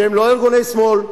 שהם לא ארגוני שמאל,